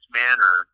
manner